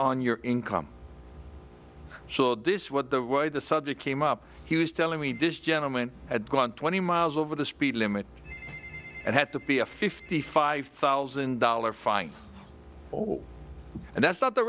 on your income so this is what the way the subject came up he was telling me this gentleman had gone twenty miles over the speed limit it had to be a fifty five thousand dollar fine and that's not the